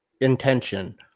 intention